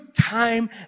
time